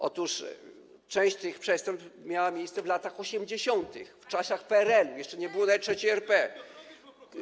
Otóż część tych przestępstw miała miejsce w latach 80., w czasach PRL-u, jeszcze nie było nawet III RP.